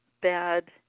bad